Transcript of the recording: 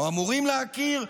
או אמורים להכיר,